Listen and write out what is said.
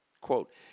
Quote